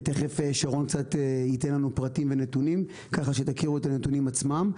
ותכף שרון קצת ייתן לנו פרטים ונתונים כך שתכירו את הנתונים עצמם.